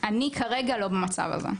אני כרגע לא במצב הזה.